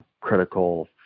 critical